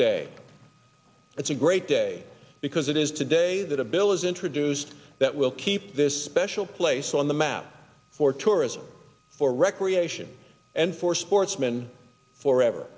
day it's a great day because it is today that a bill is introduced that will keep this special place on the map for tourism for recreation and for sportsmen forever